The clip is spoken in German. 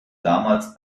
damals